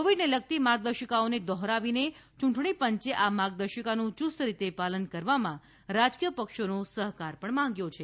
કોવિડને લગતી માર્ગદર્શિકાઓને દોહરાવીને યૂંટણી પંચે આ માર્ગદર્શિકાનું યુસ્ત રીતે પાલન કરવામાં રાજકીય પક્ષોનો સહકાર માગ્યો છે